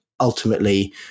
ultimately